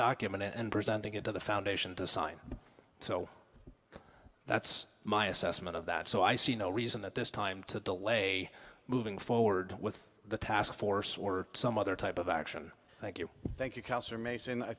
document and presenting it to the foundation to sign so that's my assessment of that so i see no reason at this time to delay moving forward with the task force or some other type of action thank you thank you